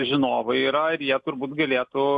žinovai yra ir jie turbūt galėtų